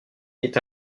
est